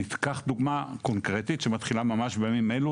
אני אקח דוגמא קונקרטית שמתחילה ממש בימים אלו,